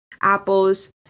apples